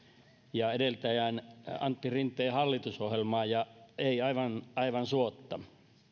ja edeltäjän antti rinteen hallitusohjelmaa ja ei aivan aivan suotta